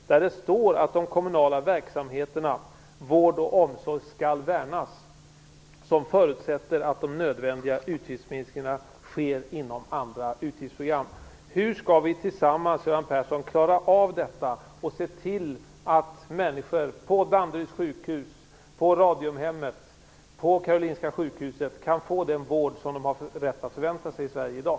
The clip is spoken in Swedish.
Av dessa framgår att de kommunala verksamheterna vård och omsorg skall värnas, och det förutsätter att de nödvändiga utgiftsminskningarna sker inom andra utgiftsprogram. Hur skall vi, Göran Persson, tillsammans klara av detta? Kan vi tillsammans se till att människor på Danderyds sjukhus, på Radiumhemmet och på Karolinska sjukhuset kan få den vård de har rätt att förvänta sig i Sverige i dag?